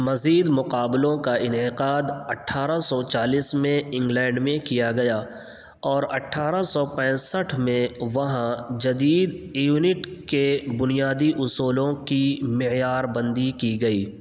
مزید مقابلوں کا انعقاد اٹھارہ سو چالیس میں انگلینڈ میں کیا گیا اور اٹھارہ سو پینسٹھ میں وہاں جدید ایونٹ کے بنیادی اصولوں کی معیار بندی کی گئی